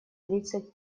тридцать